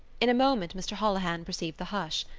in a moment mr. holohan perceived the hush.